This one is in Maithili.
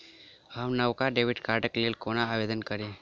हम नवका डेबिट कार्डक लेल कोना आवेदन करी?